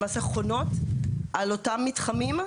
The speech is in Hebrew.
למעשה חונות על אותם מתחמים.